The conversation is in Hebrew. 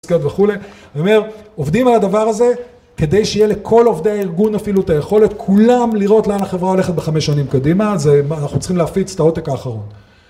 והוא אומר עובדים על הדבר הזה כדי שיהיה לכל עובדי הארגון אפילו את היכולת כולם לראות לאן החברה הולכת בחמש שנים קדימה אנחנו צריכים להפיץ את העותק האחרון